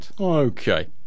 Okay